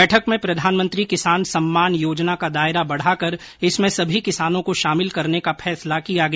बैठक में प्रधानमंत्री किसान योजना का दायरा बढ़ाकर इसमें सभी किसानों को शामिल करने का फैसला किया गया